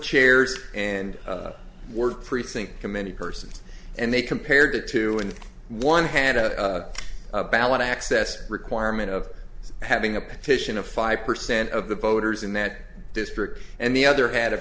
chairs and work precinct committee person and they compared it to in one hand a ballot access requirement of having a petition of five percent of the voters in that district and the other had a